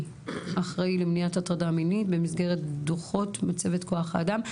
אחראי למניעת הטרדה מינית במסגרת דוחות מצבת כוח האדם.